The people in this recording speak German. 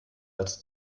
als